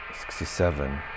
sixty-seven